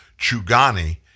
Chugani